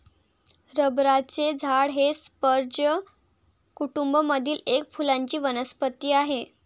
रबराचे झाड हे स्पर्ज कुटूंब मधील एक फुलांची वनस्पती आहे